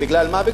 בגלל מה?